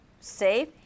safe